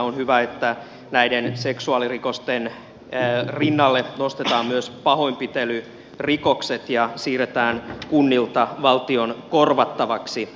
on hyvä että näiden seksuaalirikosten rinnalle nostetaan myös pahoinpitelyrikokset ja siirretään kunnilta valtion korvattavaksi